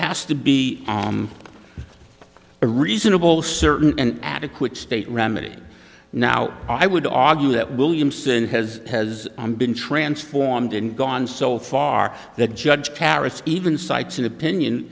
has to be a reasonable certainty and adequate state remedy now i would argue that williamson has has been transformed in gone so far that judge paris even cites an opinion